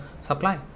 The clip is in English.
supply